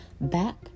back